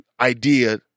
idea